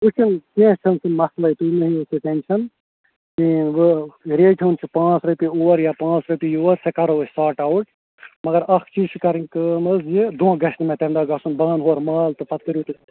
کیٚنہہ چھُنہٕ کیٚنہہ چھُنہٕ سُہ مَسلٕے تُہۍ مٕہ ہیٚیِو سُہ ٹینشن کِہِنۍ وۄنۍ ریٹ ہُند چھُ پانٛژھ رۄپیہِ اور یا پانٛژھ رۄپیہِ یور سۄ کَرَو أسۍ ساٹ اَوُٹ مگر اَکھ چیٖز چھِ کَرٕنۍ کٲم حظ یہِ دھونکہٕ گَژھِ نہٕ مےٚ تَمہِ دۄہ گَژھُن بہٕ اَنہٕ ہورٕ مال پتہٕ کٔرِو تُہۍ